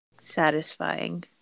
satisfying